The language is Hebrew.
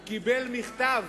הוא קיבל מכתב